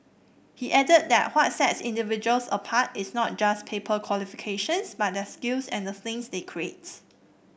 he added that what sets individuals apart is not just paper qualifications but their skills and the things they create